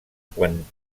quan